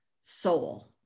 soul